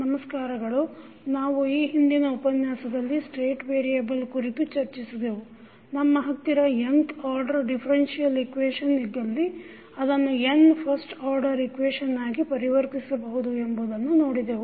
ನಮಸ್ಕಾರಗಳು ನಾವು ಈ ಹಿಂದಿನ ಉಪನ್ಯಾಸದಲ್ಲಿ ಸ್ಟೇಟ್ ವೇರಿಯಬಲ್ ಕುರಿತು ಚರ್ಚಿಸಿದೆವು ನಮ್ಮ ಹತ್ತಿರ nth ಆರ್ಡರ್ ಡಿಫರೆನ್ಸಿಯಲ್ ಇಕ್ವೇಶನ್ ಇದ್ದಲ್ಲಿ ಅದನ್ನು n ಫಸ್ಟ್ ಆರ್ಡರ್ ಇಕ್ವೇಶನ್ ಆಗಿ ಪರಿವರ್ತಿಸಬಹುದು ಎಂಬುದನ್ನು ನೋಡಿದೆವು